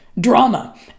drama